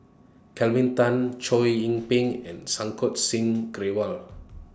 Kelvin Tan Chow Yian Ping and Santokh Singh Grewal